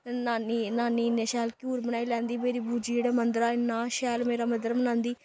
नानी इन्नै शैल घ्यूर बनाई लैंदी मेरी बूजी जेहड़े मद्दरा इन्ना शैल मेरा मद्दरा बनांदी